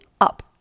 Up